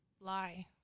lie